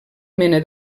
mena